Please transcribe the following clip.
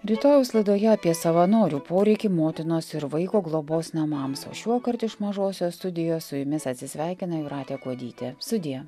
rytojaus laidoje apie savanorių poreikį motinos ir vaiko globos namams o šiuokart iš mažosios studijos su jumis atsisveikina jūratė kuodytė sudie